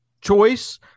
choice